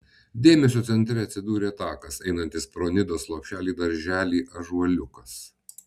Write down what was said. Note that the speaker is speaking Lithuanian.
dėmesio centre atsidūrė takas einantis pro nidos lopšelį darželį ąžuoliukas